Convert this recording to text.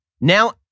now